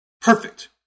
Perfect